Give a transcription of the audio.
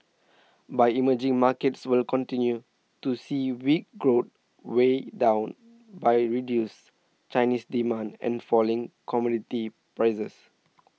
but emerging markets will continue to see weak growth weighed down by reduced Chinese demand and falling commodity prices